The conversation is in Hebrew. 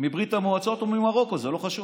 מברית המועצות או ממרוקו, זה לא חשוב,